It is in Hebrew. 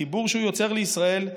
החיבור שהוא יוצר לישראל,